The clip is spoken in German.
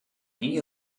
die